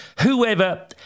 Whoever